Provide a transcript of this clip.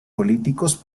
políticos